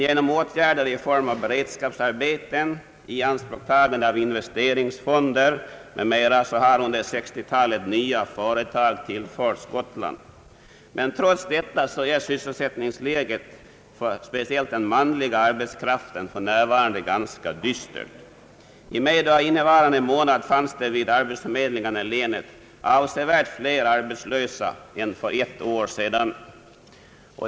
Genom åtgärder i form av beredskapsarbeten, ianspråktagande av investeringsfonder m.m. har under 1960-talet nya företag tillförts Gotland. Trots detta är sysselsättningsläget för speciellt den manliga arbetskraften för närvarande ganska dystert. I medio av innevarande månad fanns det vid arbetsförmedlingarna i länet avsevärt fler arbetslösa än för ett år sedan.